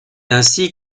ainsi